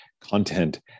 content